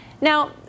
now